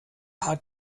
hat